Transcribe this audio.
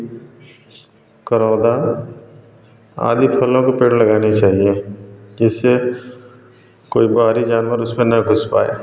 करौंदा आदि फलों के पेड़ लगाने चाहिए जससे कोई बाहरी जानवर उस पर न घुस पाए